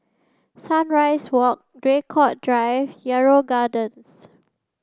sunrise Walk Draycott Drive Yarrow Gardens